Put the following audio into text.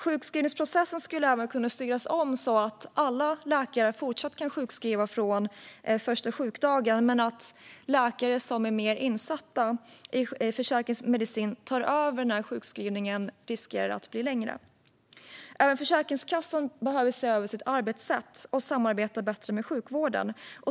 Sjukskrivningsprocesessen skulle även kunna styras om så att alla läkare i fortsättningen kan sjukskriva från första sjukdagen men att läkare som är mer insatta i försäkringsmedicin tar över när sjukskrivningen riskerar att bli längre. Även Försäkringskassan behöver se över sitt arbetssätt och samarbeta bättre med sjukvården.